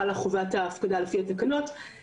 כלומר משנת 2017,